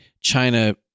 China